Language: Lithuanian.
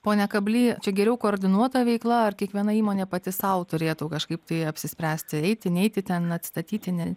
pone kably čia geriau koordinuota veikla ar kiekviena įmonė pati sau turėtų kažkaip tai apsispręsti eiti neiti ten atstatyti ne